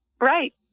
Right